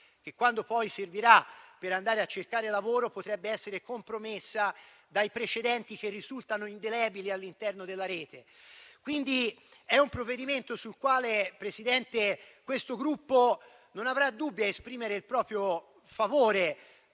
che quando poi servirà per andare a cercare lavoro, potrebbe essere compromessa dai precedenti che risultano indelebili all'interno della Rete. È un provvedimento sul quale, Presidente, il mio Gruppo non avrà dubbi a esprimere il proprio favore